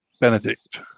Benedict